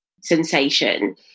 sensation